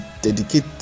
dedicate